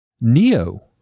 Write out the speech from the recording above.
Neo